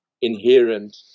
inherent